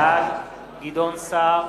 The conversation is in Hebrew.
בעד גדעון סער,